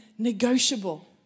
negotiable